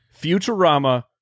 Futurama